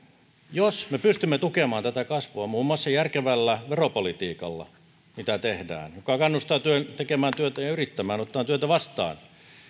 jos me pystymme tukemaan tätä kasvua muun muassa järkevällä veropolitiikalla mitä tehdään joka kannustaa tekemään työtä ja yrittämään ottamaan työtä vastaan